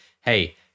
hey